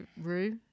Rue